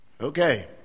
Okay